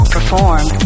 Perform